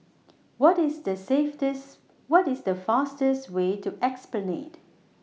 What IS The saveties What IS The fastest Way to Esplanade